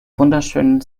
wunderschönen